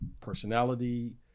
personality